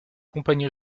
compagnie